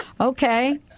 Okay